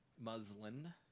Muslin